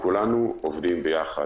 וכולנו עובדים ביחד.